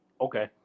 Okay